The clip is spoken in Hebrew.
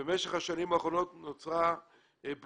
ובמשך השנים האחרונות נוצרה פגיעה